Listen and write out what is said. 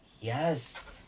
Yes